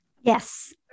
Yes